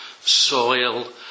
soil